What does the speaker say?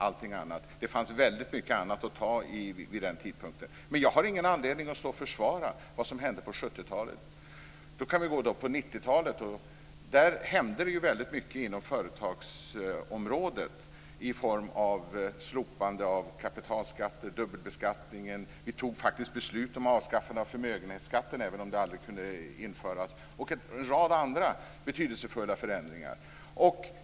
Det fanns väldigt mycket annat att ta tag i. Men jag har ingen anledning att försvara det som hände på 70 På 90-talet hände det väldigt mycket på företagsområdet i form av slopad kapitalbeskattning och slopad dubbelbeskattning. Vi fattade också beslut om avskaffande av förmögenhetsbeskattningen även om det aldrig kunde genomföras. Det skedde också en rad andra betydelsefulla förändringar.